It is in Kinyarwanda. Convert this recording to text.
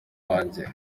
wanjye